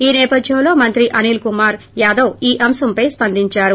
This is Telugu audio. ఈ సేపథ్యంలో మంత్రి అనిల్ కుమార్ యాదవ్ ఈ అంశంపై స్పందించారు